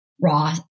raw